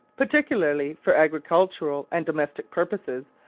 particularly for agricultural and domestic purposes,